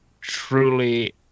truly